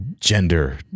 gender